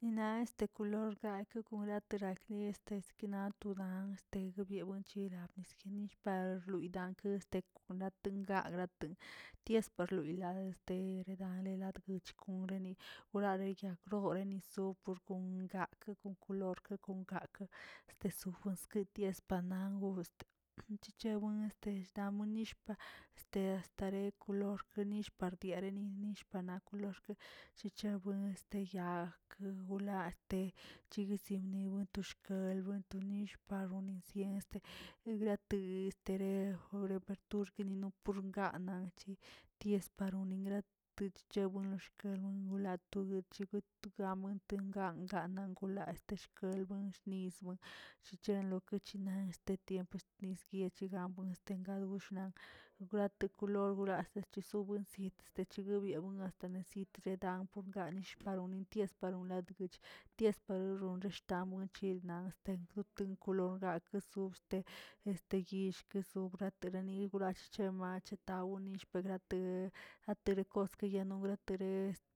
Nina este kolor atitano woraknele este sikna toda nang na este dibia wichil niskyini par yidanke kostanaten naꞌ graten ties parloila terirane latgoch oreni are yag grore so por gon lak kon kolork kon gakə este sofunseti naꞌ gon este chichewen da monishpa este stare kolor nillꞌ pardiare denill parna kolor chichebuen este akə wolate chiguisini wininti guelbuen tonish aro nisyensə grati sterew puri pertigunix teneo ganan chi ties paronoin grat chewin lo xgat wla to wechi togawen tongaa ganan golaa chkelwen shnizə chichenlo tokochina este tiempo snis yechigabuen este gad buixnan tuglate kolor astachbuensi rechigui buina tenesi terdaw nganish paran enties paranadg ties parnoxon entawmo childna hasta guten kolor raka su esten este gyill kesub terenei gurach bach chetawo yishpagrate atere koskayan gratre este